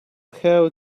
have